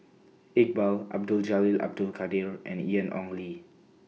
Iqbal Abdul Jalil Abdul Kadir and Ian Ong Li